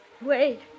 Wait